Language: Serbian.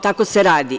Tako se radi.